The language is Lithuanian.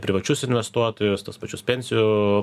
privačius investuotojus tuos pačius pensijų